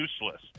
useless